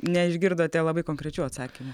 neišgirdote labai konkrečių atsakymų